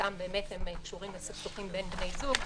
מרביתם קשורים לסכסוכים בין בני זוג,